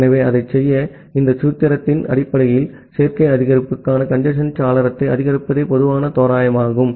ஆகவே அதைச் செய்ய இந்த சூத்திரத்தின் அடிப்படையில் சேர்க்கை அதிகரிப்புக்கான கஞ்சேஸ்ன் சாளரத்தை அதிகரிப்பதே பொதுவான தோராயமாகும்